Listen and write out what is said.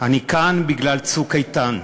אני כאן בגלל "צוק איתן".